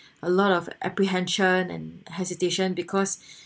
a lot of apprehension and hesitation because